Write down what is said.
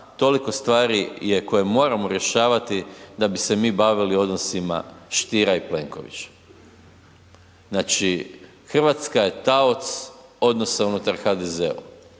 toliko stvari je koje moramo rješavati da bi se mi bavili odnosima Stier i Plenkovića. Znači, Hrvatska je taoc odnosa unutar HDZ-a,